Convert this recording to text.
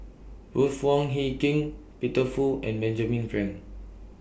Ruth Wong Hie King Peter Fu and Benjamin Frank